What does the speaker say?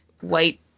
white